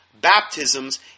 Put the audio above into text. baptisms